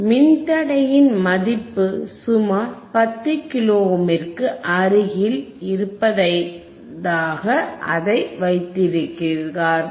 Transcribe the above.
மின்தடையின் மதிப்பு சுமார் 10 கிலோ ஓமிற்கு அருகில் இருப்பதைக்காக அதை வைத்திருக்கிறார்